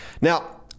Now